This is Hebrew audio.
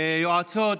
יועצות,